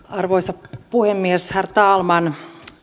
arvoisa puhemies herr talman